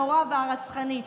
הנורא והרצחני,